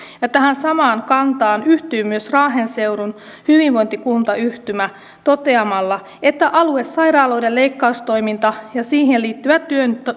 tähän samaan kantaan yhtyy myös raahen seudun hyvinvointikuntayhtymä toteamalla että aluesairaaloiden leikkaustoiminta ja siihen liittyvä